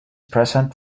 present